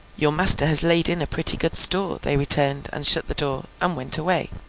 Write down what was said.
your master has laid in a pretty good store they returned, and shut the door, and went away.